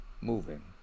moving